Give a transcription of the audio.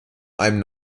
einem